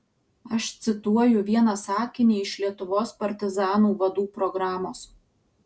aš cituoju vieną sakinį iš lietuvos partizanų vadų programos